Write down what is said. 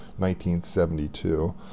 1972